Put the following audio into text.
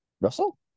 Russell